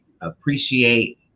appreciate